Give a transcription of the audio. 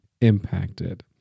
impacted